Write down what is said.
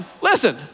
listen